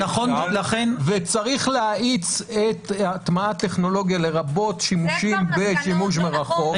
וצריך להאיץ את הטמעת הטכנולוגיה לרבות שימושים בשימוש מרחוק.